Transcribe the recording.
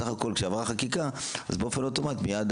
בסך הכול כשעברה החקיקה אז באופן אוטומט מייד